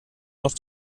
noch